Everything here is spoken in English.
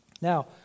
Now